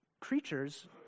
creatures